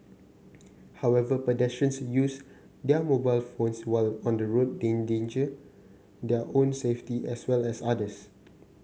however pedestrians use their mobile phones while on the road endanger their own safety as well as others